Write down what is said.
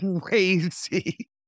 crazy